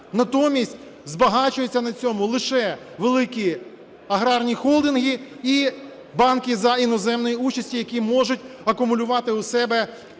Натомість збагачуються на цьому лише великі аграрні холдинги і банки за іноземної участі, які можуть акумулювати у себе